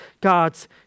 God's